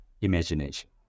imagination